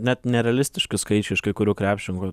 net nerealistiški skaičiai iš kai kurių krepšininkų